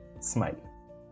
smile